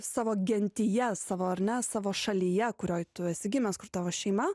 savo gentyje savo ar ne savo šalyje kurioj tu esi gimęs kur tavo šeima